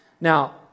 Now